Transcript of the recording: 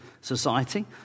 society